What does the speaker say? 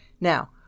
Now